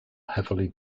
heavily